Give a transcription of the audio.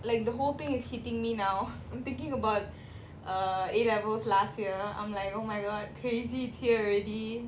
like the whole thing is hitting me now I'm thinking about err A levels last year I'm like oh my god crazy it's here already